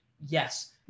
Yes